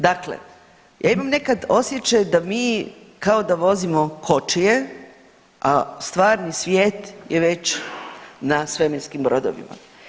Dakle ja imam nekad osjećaj da mi kao da vozimo kočije, a stvarni svijet je već na svemirskim brodovima.